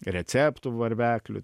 receptų varveklių